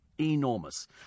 enormous